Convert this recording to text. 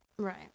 right